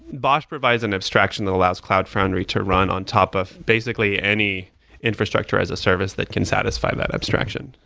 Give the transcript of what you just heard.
bosh provides an abstraction that allows cloud foundry to run on top of basically any infrastructure as a service that can satisfy that abstraction.